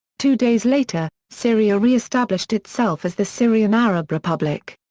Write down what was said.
two days later, syria re-established itself as the syrian arab republic.